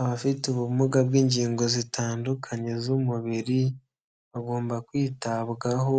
Abafite ubumuga bw'ingingo zitandukanye z'umubiri, bagomba kwitabwaho,